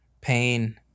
pain